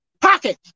pocket